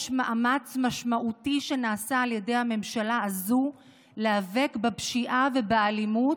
יש מאמץ משמעותי שנעשה על ידי הממשלה הזו להיאבק בפשיעה ובאלימות,